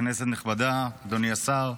כנסת נכבדה, אדוני השר,